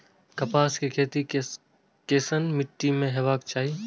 कपास के खेती केसन मीट्टी में हेबाक चाही?